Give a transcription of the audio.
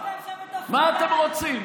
מה אתם רוצים?